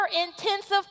intensive